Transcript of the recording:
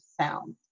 sound